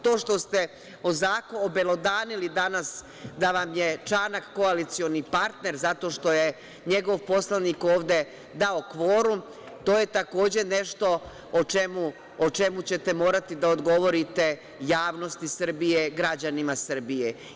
To što ste obelodanili danas da vam je Čanak koalicioni partner zato što je njegov poslanik ovde dao kvorum, to je takođe nešto o čemu ćete morati da odgovorite javnosti Srbije, građanima Srbije.